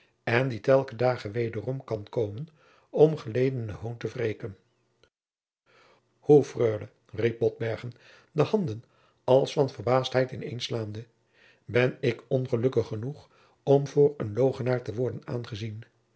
en die telken dage wederom kan komen om geledenen hoon te wreken hoe freule riep botbergen de handen als van verbaasdheid ineen slaande ben ik ongelukkig genoeg om voor eenen logenaar te worden aangezien